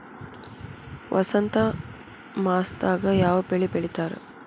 ವಸಂತ ಮಾಸದಾಗ್ ಯಾವ ಬೆಳಿ ಬೆಳಿತಾರ?